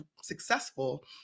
successful